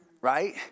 right